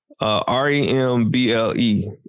R-E-M-B-L-E